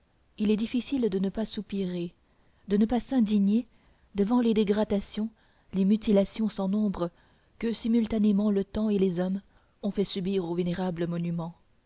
il est difficile de ne pas soupirer de ne pas s'indigner devant les dégradations les mutilations sans nombre que simultanément le temps et les hommes ont fait subir au vénérable monument